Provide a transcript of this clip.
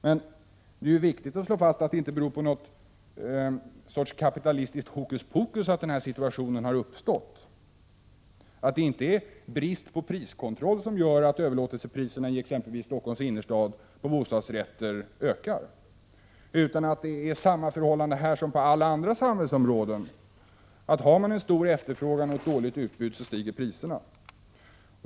Men det är viktigt att slå fast att det inte beror på något slags kapitalistiskt hokuspokus att denna situation uppstått. Det är inte brist på priskontroll som gör att överlåtelsepriserna på bostadsrätter ökar i exempelvis Stockholms innerstad. Det är samma förhållande här som på alla andra samhällsområden. Har man en stor efterfrågan och ett dåligt utbud stiger priserna.